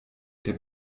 der